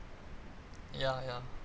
ya ya